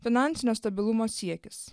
finansinio stabilumo siekis